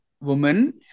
woman